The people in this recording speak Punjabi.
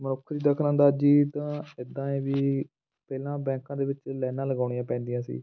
ਮਨੁੱਖ ਦੀ ਦਖ਼ਲ ਅੰਦਾਜ਼ੀ ਤਾਂ ਇੱਦਾਂ ਹੈ ਵੀ ਪਹਿਲਾਂ ਬੈਂਕਾਂ ਦੇ ਵਿੱਚ ਲੈਨਾਂ ਲਗਾਉਣੀਆਂ ਪੈਂਦੀਆਂ ਸੀ